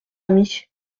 ami